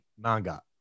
manga